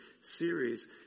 series